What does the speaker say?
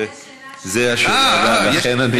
לא, זו השאלה הבאה שלי.